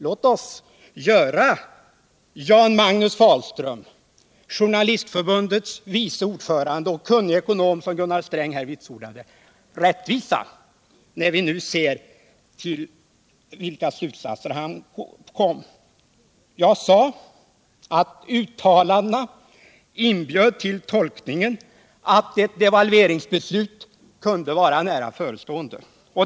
Låt oss göra Jan Magnus Fahlström — Journalistförbundets vice ordförande och en kunnig ekonom, såsom Gunnar Sträng här vitsordat — rättvisa, när vi nu ser till vilka slutsatser han kom! Jag sade att uttalandena i intervjun inbjöd till tolkningen att ett devalveringsbeslut kunde vara nära förestående.